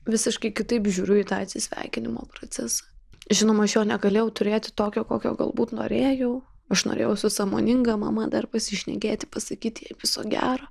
visiškai kitaip žiūriu į tą atsisveikinimo procesą žinoma aš jo negalėjau turėti tokio kokio galbūt norėjau aš norėjau su sąmoninga mama dar pasišnekėti pasakyt jai viso gero